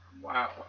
Wow